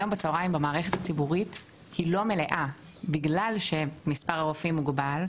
היום בצוהריים המערכת הציבורית לא מלאה בגלל שמספר הרופאים מוגבל.